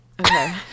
okay